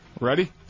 Ready